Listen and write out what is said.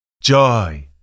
joy